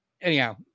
Anyhow